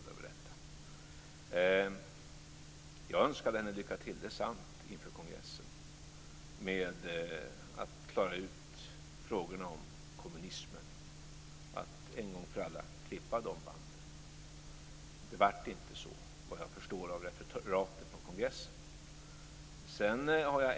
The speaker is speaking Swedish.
Det är sant att jag önskade henne lycka till inför kongressen med att klara ut frågorna om kommunismen, att en gång för alla klippa de banden. Jag förstår av referaten från kongressen att det inte blev så.